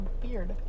beard